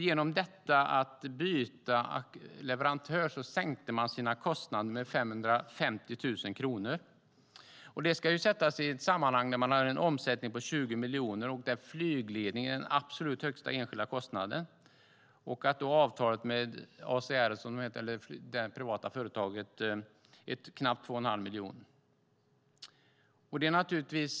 Genom att byta leverantör sänkte man sina kostnader med 550 000 kronor för Trollhättan-Vänersborgs flygplats. Det ska sättas in i ett sammanhang där man har en omsättning på 20 miljoner och där flygledning är den absolut högsta enskilda kostnaden. Avtalet med ACR, det privata företaget, kostar knappt 2,5 miljoner.